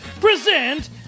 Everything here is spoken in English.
Present